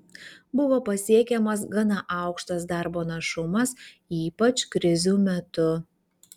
buvo pasiekiamas gana aukštas darbo našumas ypač krizių metu